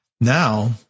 Now